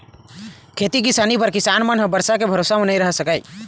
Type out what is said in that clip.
खेती किसानी बर किसान मन ह बरसा के भरोसा म नइ रह सकय